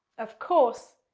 of course,